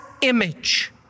image